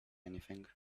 anything